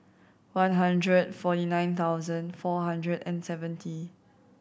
one hundred forty nine thousand four hundred and seventy